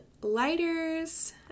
lighters